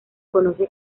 conoce